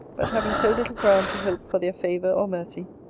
but having so little ground to hope for their favour or mercy,